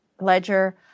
ledger